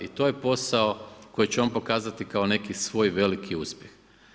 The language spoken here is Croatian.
I to je posao koji će on pokazati kao neki svoj veliki uspjeh.